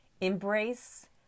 embrace